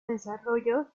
desarrollo